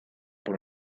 por